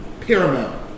paramount